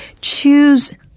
choose